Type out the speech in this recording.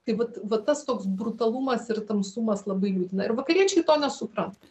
tai vat va tas toks brutalumas ir tamsumas labai liūdina ir vakariečiai to nesupranta